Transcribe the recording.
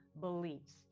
beliefs